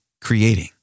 creating